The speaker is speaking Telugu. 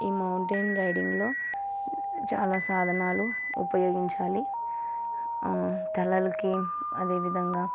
ఈ మౌంటైన్ రైడింగ్లో చాలా సాధనాలు ఉపయోగించాలి తలకి అదేవిధంగా